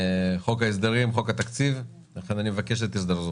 חוק ההסדרים, חוק התקציב, לכן אני מבקש שתזדרזו.